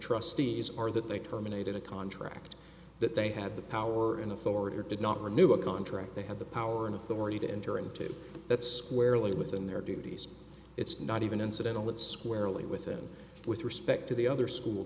trustees are that they terminated a contract that they had the power and authority or did not renew a contract they had the power and authority to enter into it squarely within their duties it's not even incidental that squarely within with respect to the other school